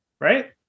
right